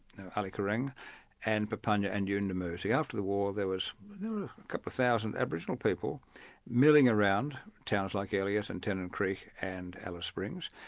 now ali-curang and papunya and yuendamu. after the war, there were a couple of thousand aboriginal people milling around towns like elliot, and tennant creek, and alice springs,